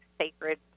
sacred